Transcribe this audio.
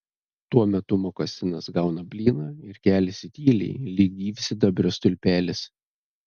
tuo metu mokasinas gauna blyną ir keliasi tyliai lyg gyvsidabrio stulpelis